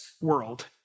world